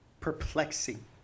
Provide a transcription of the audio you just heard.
perplexing